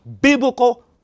biblical